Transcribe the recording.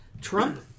Trump